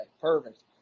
Perfect